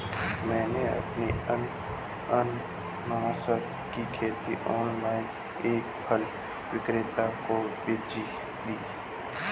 मैंने अपनी अनन्नास की खेती ऑनलाइन एक फल विक्रेता को बेच दी